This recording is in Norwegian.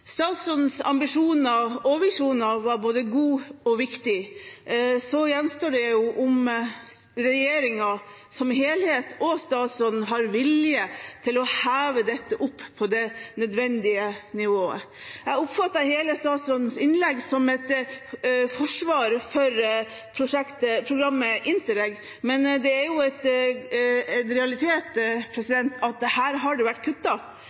Statsrådens ambisjoner og visjoner var både gode og viktige. Så gjenstår det å se om regjeringen som helhet – og statsråden – har vilje til å løfte dette opp på nødvendig nivå. Jeg oppfattet hele statsrådens innlegg som et forsvar for Interreg-programmet, men det er også en realitet at her har det vært